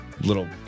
little